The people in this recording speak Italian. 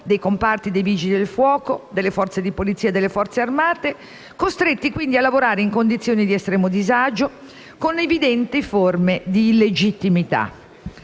dei comparti dei Vigili del fuoco, delle forze di polizia e delle Forze armate, costretti quindi a lavorare in condizioni di estremo disagio e con evidenti forme di illegittimità.